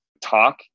talk